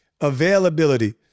availability